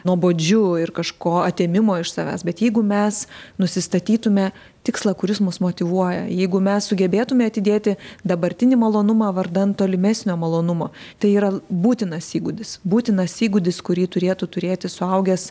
nuobodžiu ir kažko atėmimo iš savęs bet jeigu mes nusistatytume tikslą kuris mus motyvuoja jeigu mes sugebėtume atidėti dabartinį malonumą vardan tolimesnio malonumo tai yra būtinas įgūdis būtinas įgūdis kurį turėtų turėti suaugęs